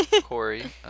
Corey